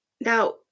Now